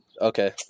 Okay